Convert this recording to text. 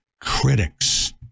critics